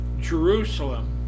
Jerusalem